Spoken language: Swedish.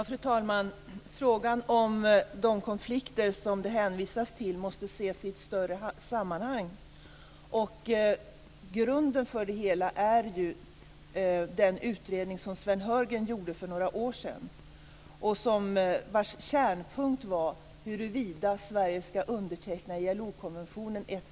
Fru talman! Frågan om de konflikter som det hänvisas till måste ses i ett större sammanhang. Grunden för det hela är den utredning som Sven Heurgren gjorde för några år sedan vars kärnpunkt var huruvida eller ej.